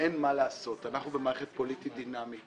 ואין מה לעשות, אנחנו במערכת פוליטית דינמית.